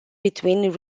between